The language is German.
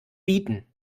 bieten